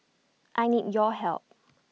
I need your help